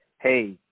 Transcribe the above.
hey